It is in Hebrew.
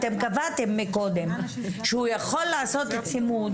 אתם קבעתם מקודם שהוא יכול לעשות צימוד.